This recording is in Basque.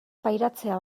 pairatzea